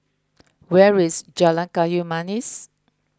where is Jalan Kayu Manis